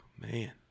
Man